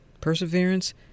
perseverance